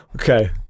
Okay